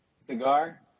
cigar